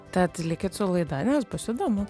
tad likit su laida nes bus įdomu